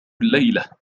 الليلة